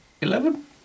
Eleven